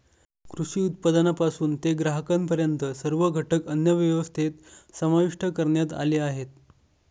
कृषी उत्पादनापासून ते ग्राहकांपर्यंत सर्व घटक अन्नव्यवस्थेत समाविष्ट करण्यात आले आहेत